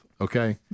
okay